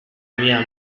mia